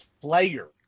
player